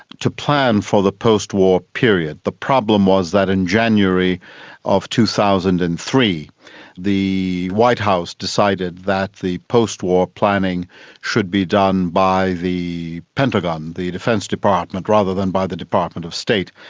to plan for the post-war period. the problem was that in january of two thousand and three the white house decided that the post-war planning should be done by the pentagon, the defence department, rather than by the department of state.